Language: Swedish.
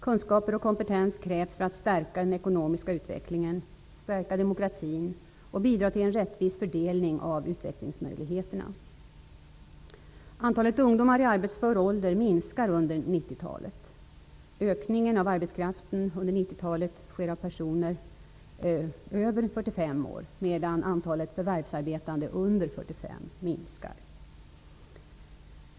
Kunskaper och kompetens krävs för att stärka den ekonomiska utvecklingen, stärka demokratin och bidra till en rättvis fördelning av utvecklingsmöjligheterna. 90-talet. Ökningen av arbetskraften under 90-talet sker i gruppen med personer över 45 år, medan antalet förvärvsarbetande under 45 minskar.